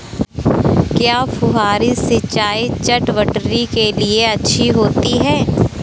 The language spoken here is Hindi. क्या फुहारी सिंचाई चटवटरी के लिए अच्छी होती है?